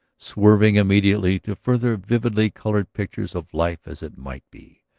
swerving immediately to further vividly colored pictures of life as it might be,